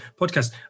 podcast